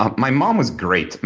um my mom was great. and